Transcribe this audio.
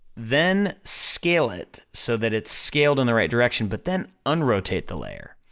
then scale it so that it's scaled on the right direction, but then un-rotate the layer,